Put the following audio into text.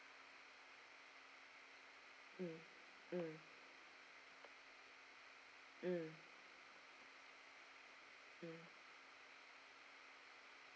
mm mm mm mm